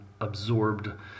absorbed